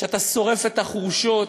כשאתה שורף את החורשות,